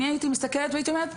אני הייתי מסתכלת והייתי אומרת,